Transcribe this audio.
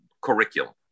curriculum